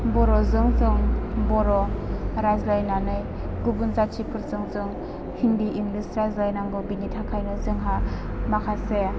बर'जों जों बर' रायज्लायनानै गुबुन जातिफोरजों जों हिन्दि इंलिस रायज्लायनांगौ बिनि थाखायनो जोंहा माखासे